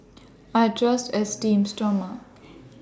I Trust Esteem Stoma